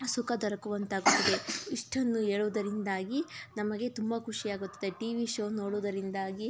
ಸುಖ ದೊರಕುವಂತಾಗುತ್ತದೆ ಇಷ್ಟನ್ನು ಹೇಳುವುದರಿಂದಾಗಿ ನಮಗೆ ತುಂಬ ಖುಷಿಯಾಗುತ್ತದೆ ಟಿವಿ ಶೋ ನೋಡೋದರಿಂದಾಗಿ